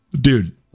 Dude